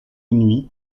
nuit